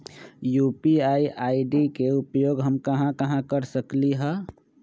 UPI ID के उपयोग हम कहां कहां कर सकली ह?